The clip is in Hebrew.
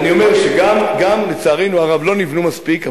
אני אומר שלצערנו הרב לא נבנו מספיק,